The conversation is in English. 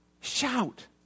Shout